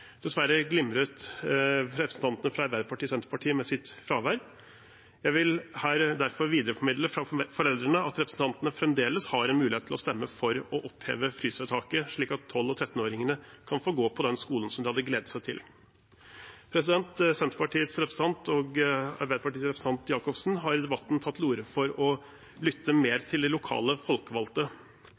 Dessverre glimret representantene fra Arbeiderpartiet og Senterpartiet med sitt fravær. Jeg vil her derfor videreformidle fra foreldrene at representantene fremdeles har mulighet til å stemme for å oppheve frysvedtaket, slik at 12- og 13-åringene kan få gå på den skolen som de hadde gledet seg til. Senterpartiets representant og Arbeiderpartiets representant, Jacobsen, har i debatten tatt til orde for å lytte mer til de lokale folkevalgte.